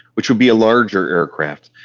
which would be a larger aircraft.